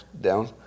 down